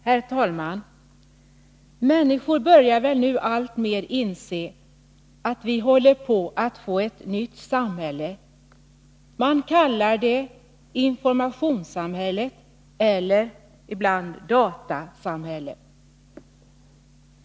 Herr talman! Människor börjar väl nu alltmer inse att vi håller på att få ett nytt samhälle. Man kallar det informationssamhället eller ibland datasamhället.